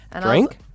Drink